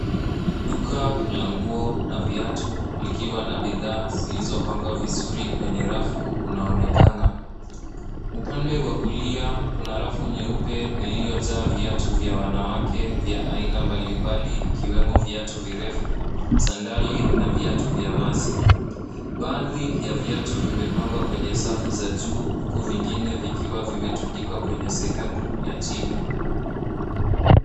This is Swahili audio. Duka la nguo na viatu likiwa na bidhaa zilizopangwa vizuri kwenye rafu unaonekana. Upande wa kulia kuna rafu nyeupe iliyojaa viatu vya wanawake vya aina mbalimbali ikiwemo viatu virefu, sandali, na viatu vya wazi. Baadhi ya viatu vimepangwa kwenye safu za juu huku vingine vikiwa vimetundikwa kwenye sehemu ya chini.